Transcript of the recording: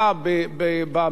וגם היא מבינה,